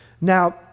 Now